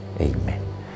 Amen